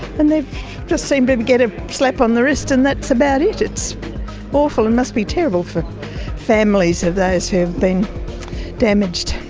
and they just seem to get a slap on the wrist and that's about it. it's awful and must be terrible for families of those who have been damaged,